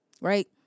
right